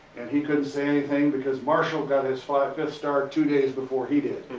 and he couldn't say anything because marshall got his five, fifth star two days before he did.